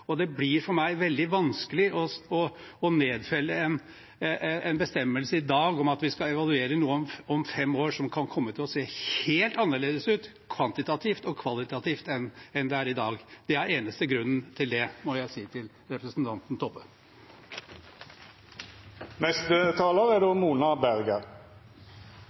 Og det blir for meg veldig vanskelig å nedfelle en bestemmelse i dag om at vi skal evaluere noe om fem år som kan komme til å se helt annerledes ut kvantitativt og kvalitativt enn i dag. Det er den eneste grunnen til det – til representanten Toppe. Egentlig er